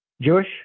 Jewish